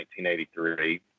1983